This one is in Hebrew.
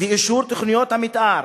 ואישור תוכניות המיתאר,